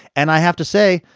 and i have to say,